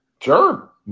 Sure